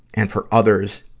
and for others,